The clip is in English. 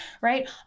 right